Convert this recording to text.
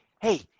hey